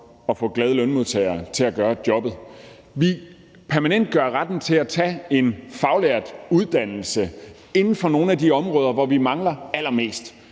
at få glade lønmodtagere til at varetage det arbejde. Vi permanentgør retten til at tage en faglært uddannelse inden for nogle af de områder, hvor vi mangler allermest